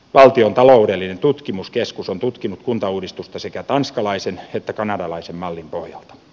valtion taloudellinen tutkimuskeskus on tutkinut kuntauudistusta sekä tanskalaisen että kanadalaisen mallin pohjalta